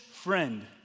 friend